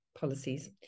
policies